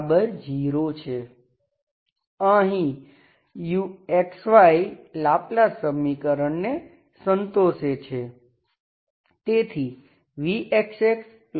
અહીં u Laplace સમીકરણને સંતોષે છે